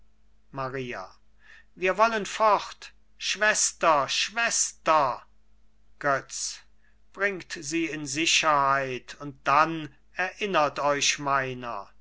maria wir wollen fort schwester schwester götz bringt sie in sicherheit und dann erinnert euch meiner